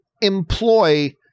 employ